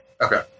Okay